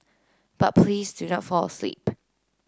but please do not fall asleep